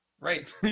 Right